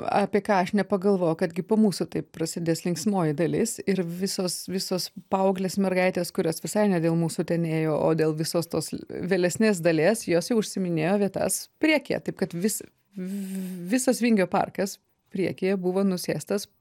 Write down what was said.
apie ką aš nepagalvoju kad gi po mūsų tai prasidės linksmoji dalis ir visos visos paauglės mergaitės kurios visai ne dėl mūsų ten ėjo o dėl visos tos vėlesnės dalies jos jau užsiiminėjo vietas priekyje taip kad vis visas vingio parkas priekyje buvo nusėstas